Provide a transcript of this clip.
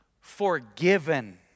Forgiven